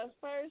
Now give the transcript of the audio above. first